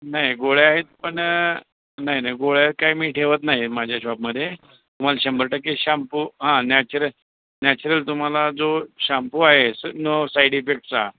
नाही गोळ्या आहेत पण नाही नाही गोळ्या काय मी ठेवत नाही माझ्या शॉपमध्ये तुम्हाला शंबर टक्के शाम्पू हां नॅचरल नॅचरल तुम्हाला जो शाम्पू आहे सो नो साईड इफेक्टसचा